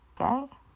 Okay